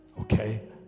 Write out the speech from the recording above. Okay